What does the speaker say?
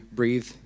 breathe